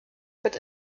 wird